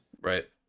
right